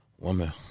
Woman